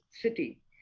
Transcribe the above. city